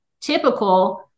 typical